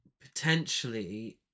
potentially